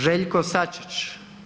Željko Sačić.